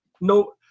no